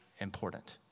important